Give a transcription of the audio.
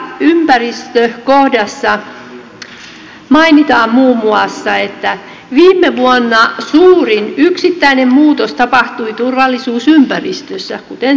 toimintaympäristö kohdassa mainitaan muun muassa että viime vuonna suurin yksittäinen muutos tapahtui turvallisuusympäristössä kuten tiedämme